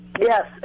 Yes